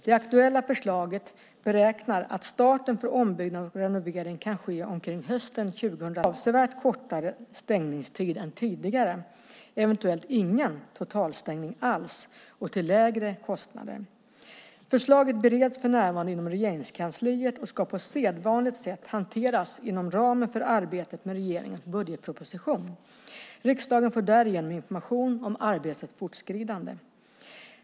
Det aktuella förslaget beräknar att starten för ombyggnad och renovering kan ske omkring hösten 2013, med avsevärt kortare stängningstid än tidigare, eventuellt ingen totalstängning alls, och till lägre kostnader. Förslaget bereds för närvarande inom Regeringskansliet och ska på sedvanligt sätt hanteras inom ramen för arbetet med regeringens budgetproposition. Riksdagen får därigenom information om arbetets fortskridande.